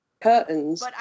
curtains